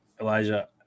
Elijah